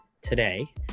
today